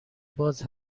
باز